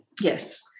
Yes